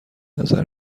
نظر